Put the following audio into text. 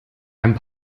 einem